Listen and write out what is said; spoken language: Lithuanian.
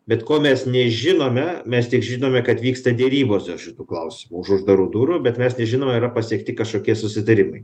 bet ko mes nežinome mes tik žinome kad vyksta derybos dėl šitų klausimų už uždarų durų bet mes nežinome yra pasiekti kažkokie susitarimai